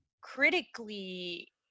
critically